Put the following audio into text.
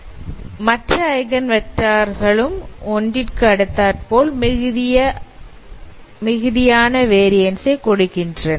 எனவே மற்ற eigen vector களும் ஒன்றிக்கு அடுத்தாற்போல் மிகுதியான வேரியன்ஸ் ஐ கொடுக்கின்றன